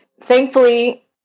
Thankfully